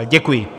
Děkuji.